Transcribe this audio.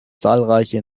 zahlreiche